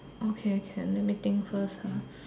okay can let me think first ah